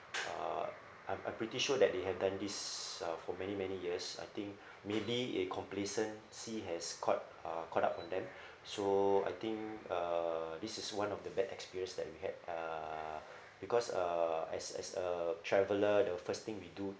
uh I'm I'm pretty sure that they have done this uh for many many years I think maybe a complacency has caught uh caught up on them so I think uh this is one of the bad experience that we had uh because uh as as a traveller the first thing we do